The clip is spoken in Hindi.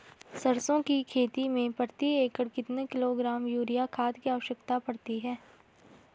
सरसों की खेती में प्रति एकड़ कितने किलोग्राम यूरिया खाद की आवश्यकता पड़ती है?